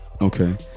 okay